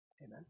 Amen